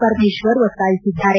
ಪರಮೇಶ್ವರ್ ಒತ್ತಾಯಿಸಿದ್ದಾರೆ